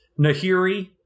Nahiri